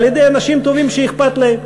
על-ידי אנשים טובים שאכפת להם.